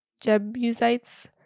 Jebusites